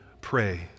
pray